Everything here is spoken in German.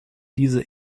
diese